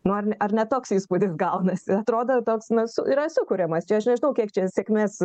nu ar ne ar ne toks įspūdis gaunasi atrodo toks na su yra sukuriamas čia aš nežinau kiek čia sėkmės